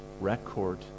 record